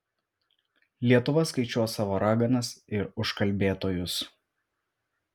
lietuva skaičiuos savo raganas ir užkalbėtojus